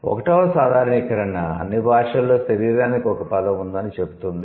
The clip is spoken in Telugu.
1 వ సాధారణీకరణ అన్ని భాషలలో 'శరీరానికి' ఒక పదం ఉందని చెబుతుంది